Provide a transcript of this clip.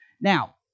Now